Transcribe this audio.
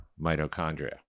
mitochondria